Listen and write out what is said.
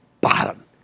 bottom